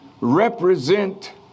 represent